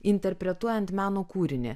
interpretuojant meno kūrinį